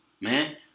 Man